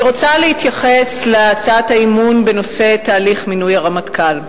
אני רוצה להתייחס להצעת האי-אמון בנושא תהליך מינוי הרמטכ"ל.